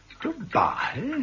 Goodbye